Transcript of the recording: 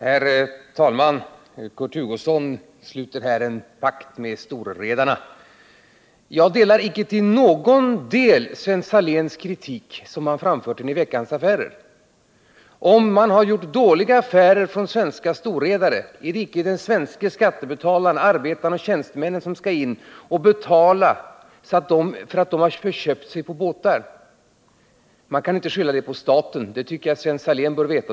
Herr talman! Kurt Hugosson sluter här en pakt med storredarna. Jag delar icke på någon punkt Sven Saléns kritik, som han framfört i Veckans Affärer. Om svenska storredare har gjort dåliga affärer, är det icke de svenska skattebetalarna — arbetarna och tjänstemännen — som skall betala för att dessa redare har förköpt sig på båtar. Man kan inte skylla det på staten, det tycker jag Sven Salén bör veta.